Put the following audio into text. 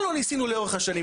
מה לא ניסינו לאורך השנים,